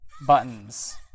buttons